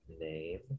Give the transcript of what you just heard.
name